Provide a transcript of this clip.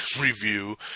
review